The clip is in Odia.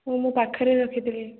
ମୁଁ ମୋ ପାଖରେ ରଖିଥିଲି